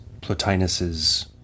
Plotinus's